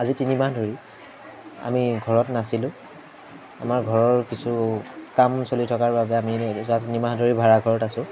আজি তিনিমাহ ধৰি আমি ঘৰত নাছিলোঁ আমাৰ ঘৰৰ কিছু কাম চলি থকাৰ বাবে আমি যোৱা তিনিমাহ ধৰি ভাড়া ঘৰত আছো